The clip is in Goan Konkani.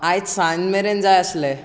आयज सांज मेरेन जाय आसलें